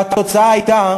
והתוצאה הייתה